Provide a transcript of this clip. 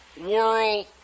world